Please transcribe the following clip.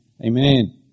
Amen